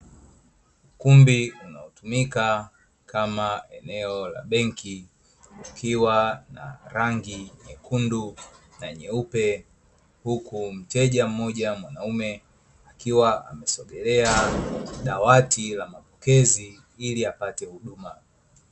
Ukumbi unaotumika kama eneo la benki, kukiwa na rangi nyekundu na nyeupe, huku mteja mmoja mwanaume akiwa amesogelea dawati la mapokezi ili apate huduma.